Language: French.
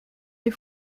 des